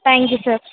thank you sir